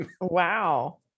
Wow